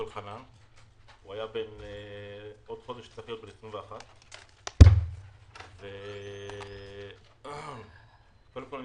שבעוד חודש היה צריך להיות בן 21. קודם כול,